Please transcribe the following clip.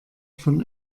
von